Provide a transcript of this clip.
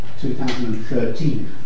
2013